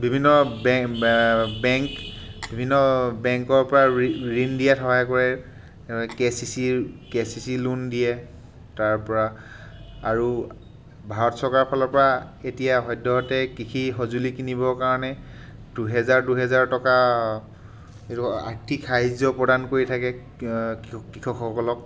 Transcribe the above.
বিভিন্ন বেংক বিভিন্ন বেংকৰ পৰা ঋণ দিয়াত সহায় কৰে কে চি চিৰ কে চি চি লোন দিয়াত সহায় কৰে তাৰপৰা আৰু ভাৰত চৰকাৰ ফালৰ পৰা এতিয়া সদ্যহতে কৃষি সঁজুলি কিনিবৰ কাৰণে দুহেজাৰ দুহেজাৰ টকা আৰ্থিক সাহায্য প্ৰদান কৰি থাকে কৃষকসকলক